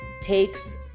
takes